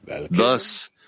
Thus